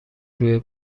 روی